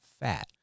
fat